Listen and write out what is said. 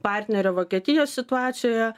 partnerio vokietijos situacijoje